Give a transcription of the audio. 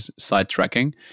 sidetracking